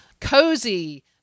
cozy